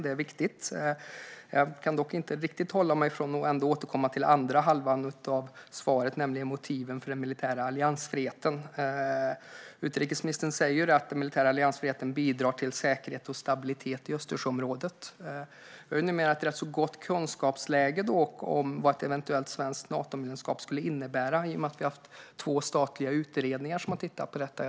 Detta är viktigt Jag kan inte avhålla mig från att återkomma till den andra halvan av svaret, nämligen motiven för den militära alliansfriheten. Utrikesministern sa att denna alliansfrihet bidrar till säkerhet och stabilitet i Östersjöområdet. Vi har numera ett rätt gott kunskapsläge när det gäller vad ett eventuellt svenskt Natomedlemskap skulle innebära, i och med att vi har haft två statliga utredningar som har tittat på detta.